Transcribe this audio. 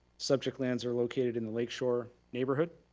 subject lands are located in the lake shore neighborhood.